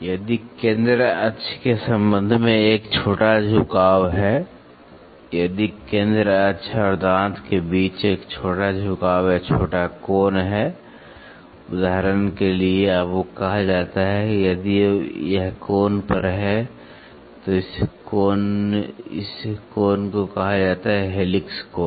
यदि केंद्र अक्ष के संबंध में एक छोटा झुकाव है यदि केंद्र अक्ष और दांत के बीच एक छोटा झुकाव या छोटा कोण है उदाहरण के लिए आपको कहा जाता है यदि यह कोण पर है तो इस कोण को कहा जाता है हेलिक्स कोण